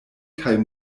kaj